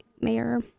Mayor